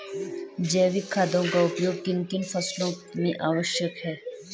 जैविक खादों का उपयोग किन किन फसलों में आवश्यक है?